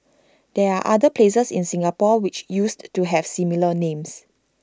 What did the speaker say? there are other places in Singapore which used to have similar names